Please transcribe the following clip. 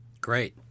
Great